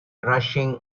rushing